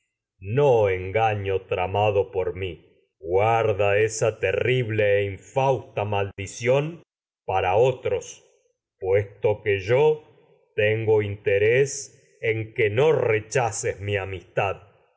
e engaño tramado mi guarda esa terrible infausta maldición para otros puesto que yo tengo interés en que no rechaces mi amistad